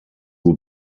will